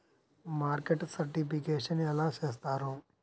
Market certification ఎలా చేస్తారు?